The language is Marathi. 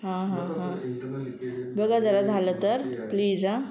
हां हां हां बघा जरा झालं तर प्लीज हां